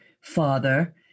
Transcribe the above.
father